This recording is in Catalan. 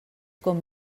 com